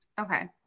Okay